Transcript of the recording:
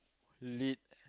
lit